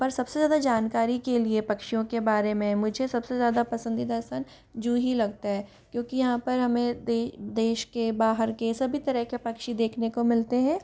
पर सबसे ज्यादा जानकारी के लिए पक्षियों के बारे में मुझे सबसे ज़्यादा पसंदीदा इसमें ज़ू ही लगता है क्योंकि यहाँ पर हमें देश के बाहर के सभी तरह के पक्षी देखने को मिलते हैं